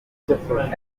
imibare